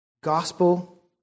Gospel